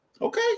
Okay